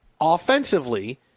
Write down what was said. offensively